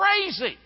crazy